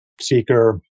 Seeker